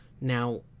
Now